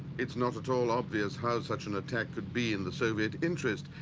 it's not at all obvious how such an attack could be in the soviet interest,